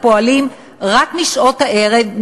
הפועלים רק משעות הערב,